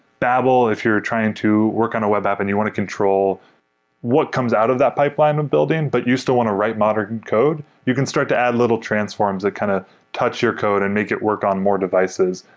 babel, if you're trying to work on a web app and you want to control what comes out of that pipeline building, but you still want to write modern code, you can start to add little transforms that kind of touch your code and make it work on more devices.